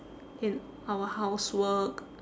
in our housework